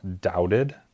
doubted